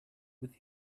with